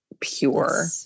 pure